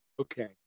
okay